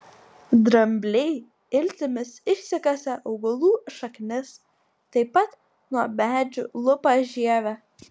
drambliai iltimis išsikasa augalų šaknis taip pat nuo medžių lupa žievę